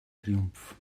triumph